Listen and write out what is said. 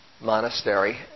monastery